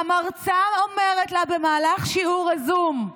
המרצה אומרת לה במהלך שיעור הזום: